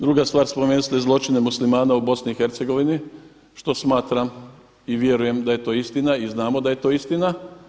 Druga stvar, spomenuli ste zločine Muslimana u BiH, što smatram i vjerujem da je to istina i znamo da je to istina.